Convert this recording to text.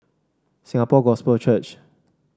Singapore Gospel Church